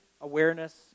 awareness